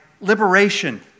liberation